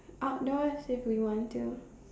outdoors if we want to